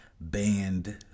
banned